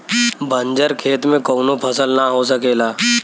बंजर खेत में कउनो फसल ना हो सकेला